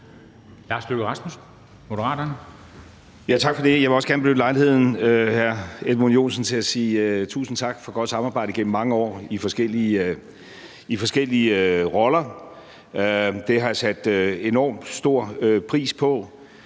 Lars Løkke Rasmussen (M) : Tak for det. Jeg vil også gerne benytte lejligheden, hr. Edmund Joensen, til at sige tusind tak for et godt samarbejde igennem mange år i forskellige roller. Det har jeg sat enormt stor pris på.